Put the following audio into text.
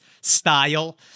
style